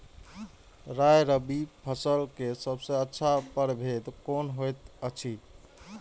राय रबि फसल के सबसे अच्छा परभेद कोन होयत अछि?